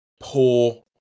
poor